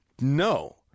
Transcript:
No